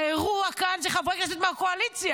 האירוע כאן זה חברי כנסת מהקואליציה.